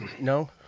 No